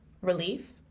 relief